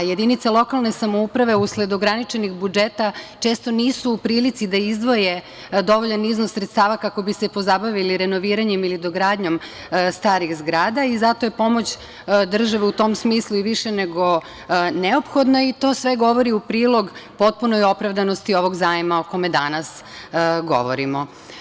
Jedinice lokalne samouprave usled ograničenih budžeta često nisu u prilici da izdvoje dovoljan iznos sredstava kako bi se pozabavili renoviranjem ili dogradnjom starijih zgrada i zato je pomoć države u tom smislu i više nego neophodna i to sve govori u prilog potpunoj opravdanosti ovog zajma o kome danas govorimo.